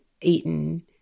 eaten